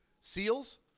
Seals